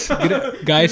Guys